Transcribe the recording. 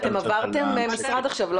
אתם עברתם משרד עכשיו,